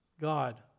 God